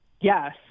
Yes